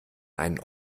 einen